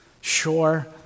Sure